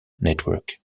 network